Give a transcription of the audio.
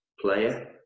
player